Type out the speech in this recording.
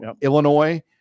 Illinois